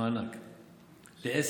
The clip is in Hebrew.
מענק לעסק.